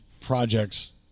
projects